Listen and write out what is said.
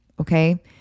Okay